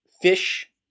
fish